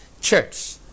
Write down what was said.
church